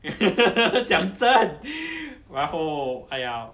讲真 然后 !aiya!